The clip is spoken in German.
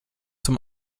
zum